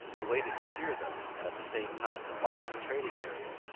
the way to secure them, and at the same time to widen the trading area,